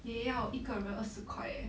也要一个人二十块 eh